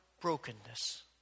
brokenness